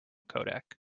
codec